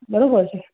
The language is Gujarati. બરોબર છે